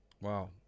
wow